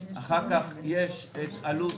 אחר כך יש את עלות הדוגם,